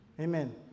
amen